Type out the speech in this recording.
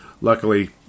Luckily